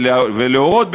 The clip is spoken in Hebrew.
ולהורות,